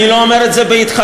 אני לא אומר את זה בחרטה,